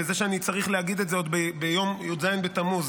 וזה שאני צריך להגיד את זה עוד ביום י"ז בתמוז,